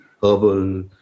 herbal